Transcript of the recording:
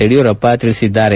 ಯಡಿಯೂರಪ್ಪ ಹೇಳಿದ್ದಾರೆ